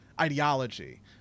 ideology